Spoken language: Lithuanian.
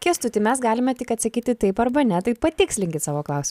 kęstuti mes galime tik atsakyti taip arba ne tai patikslinkit savo klaus